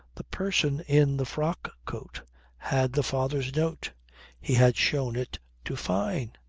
the person in the frock-coat had the father's note he had shown it to fyne.